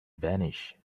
vanished